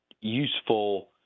useful